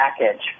package